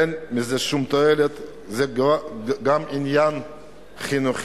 אין מזה שום תועלת, זה גם עניין חינוכי.